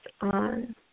on